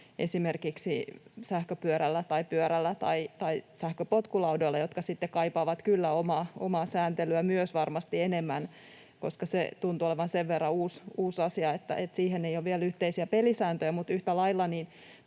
esimerkiksi sähköpyörällä tai pyörällä tai sähköpotkulaudoilla, jotka kyllä myös kaipaavat omaa sääntelyä varmasti enemmän, koska se tuntuu olevan sen verran uusi asia, että siihen ei ole vielä yhteisiä pelisääntöjä. Mutta yhtä lailla